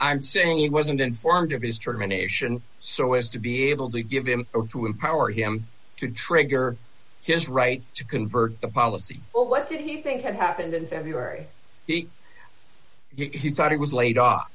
i'm saying he wasn't informed of his termination so as to be able to give them to empower him to trigger his right to convert the policy well what did he think had happened in february he thought he was laid off